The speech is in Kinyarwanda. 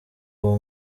ubu